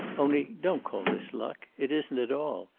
only don't call this luck. it isn't at all.